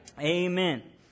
Amen